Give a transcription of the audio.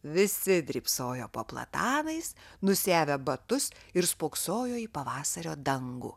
visi drybsojo po platanais nusiavę batus ir spoksojo į pavasario dangų